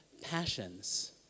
passions